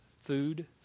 food